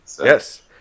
Yes